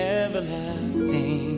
everlasting